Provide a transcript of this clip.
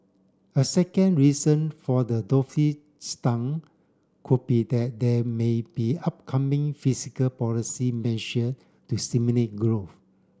a second reason for the could be that there may be upcoming fiscal policy measure to stimulate grow